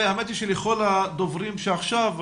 לכל הדוברים שעכשיו,